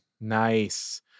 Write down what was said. Nice